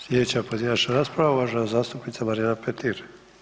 Sljedeća pojedinačna rasprava, uvažena zastupnica Marijana Petir.